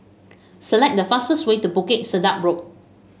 select the fastest way to Bukit Sedap Road